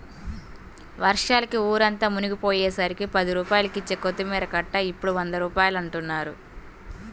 వర్షాలకి ఊరంతా మునిగిపొయ్యేసరికి పది రూపాయలకిచ్చే కొత్తిమీర కట్ట ఇప్పుడు వంద రూపాయలంటన్నారు